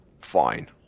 Fine